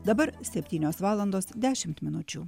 dabar septynios valandos dešimt minučių